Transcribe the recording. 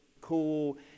cool